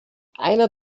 einer